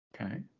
Okay